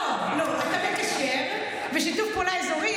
לא, אתה מקשר ושיתוף פעולה אזורי.